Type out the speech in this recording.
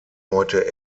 heute